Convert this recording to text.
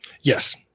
Yes